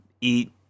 eat